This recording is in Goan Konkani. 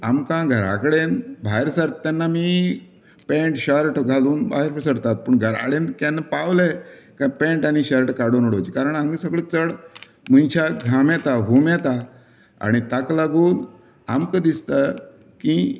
आमकां घरा कडेन भायर सरता तेन्ना आमी पेंट शर्ट घालून भायर सरतात पूण घरा कडेन केन्ना पावले काय पेंट आनी शर्ट काडून उडोवचें कारण आमी सगळे चड मनशाक घाम येता हूम येता आनी ताका लागून आमकां दिसता की